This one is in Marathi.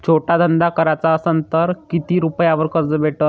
छोटा धंदा कराचा असन तर किती रुप्यावर कर्ज भेटन?